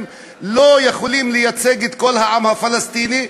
לא יכולים לייצג את כל העם הפלסטיני,